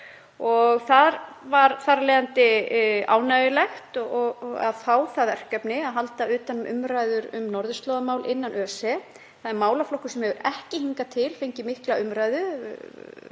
Það var þar af leiðandi ánægjulegt að fá það verkefni að halda utan um umræður um norðurslóðamál innan ÖSE. Það er málaflokkur sem hefur ekki fengið mikla umræðu